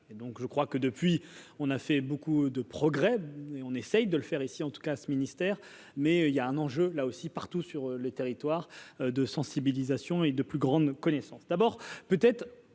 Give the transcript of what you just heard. je crois que depuis on a fait beaucoup de progrès et on essaye de le faire ici en tout cas ce ministère mais il y a un enjeu, là aussi, partout sur le territoire de sensibilisation et de plus grande connaissance